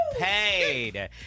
paid